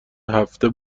هفته